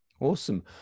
Awesome